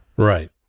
Right